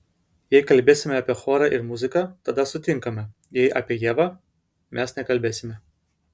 jei kalbėsime apie chorą ir muziką tada sutinkame jei apie ievą mes nekalbėsime